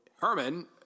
Herman –